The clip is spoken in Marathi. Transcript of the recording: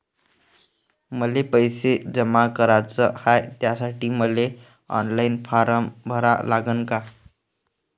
मले पैसे जमा कराच हाय, त्यासाठी मले ऑनलाईन फारम भरा लागन का?